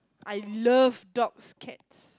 I love dogs cats